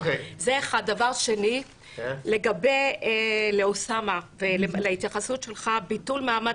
דבר שני - לאוסאמה ולהתייחסות שלך ביטול מעמד